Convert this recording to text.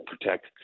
protect